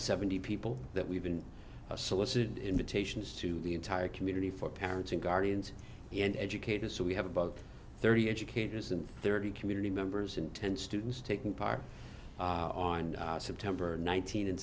seventy people that we've been solicited invitations to the entire community for parents and guardians and educators so we have about thirty educators and thirty community members and ten students taking part on september nineteen